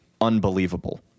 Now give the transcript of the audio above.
unbelievable